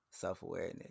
Self-awareness